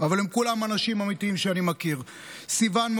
אבל הם כולם אנשים אמיתיים שאני מכיר: סיוון,